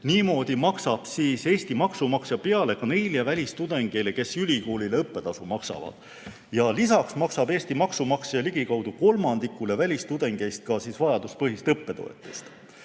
Niimoodi maksab siis Eesti maksumaksja peale ka neile välistudengeile, kes ülikoolile õppetasu maksavad. Ja lisaks maksab Eesti maksumaksja ligikaudu kolmandikule välistudengeist vajaduspõhist õppetoetust.